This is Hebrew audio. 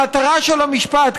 המטרה של המשפט,